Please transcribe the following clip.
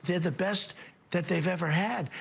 the best that they've ever had.